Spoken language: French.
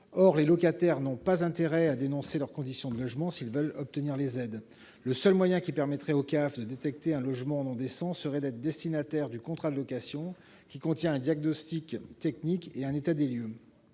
Or ces derniers n'ont pas intérêt à dénoncer leurs conditions de logement s'ils veulent obtenir les aides. Le seul moyen qui permettrait aux CAF de détecter un logement non décent serait d'être destinataires du contrat de location, qui contient un dossier de diagnostic technique et un état des lieux.